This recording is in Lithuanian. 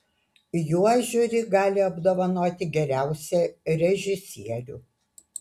juo žiuri gali apdovanoti geriausią režisierių